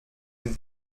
dns